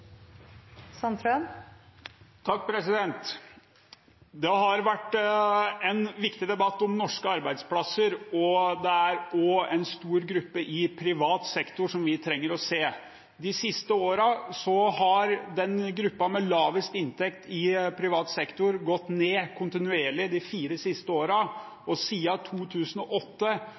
til oppfølgingsspørsmål. Det har vært en viktig debatt om norske arbeidsplasser, og det er også en stor gruppe i privat sektor som vi trenger å se. Gruppen med lavest inntekt i privat sektor har hatt kontinuerlig nedgang de siste fire årene, og siden 2008 har de ti prosentene med lavest lønn i Norge gått ned